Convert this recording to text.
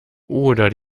oder